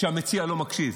שהמציע לא מקשיב,